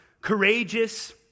courageous